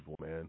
man